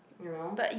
you know